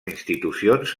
institucions